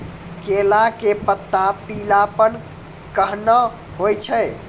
केला के पत्ता पीलापन कहना हो छै?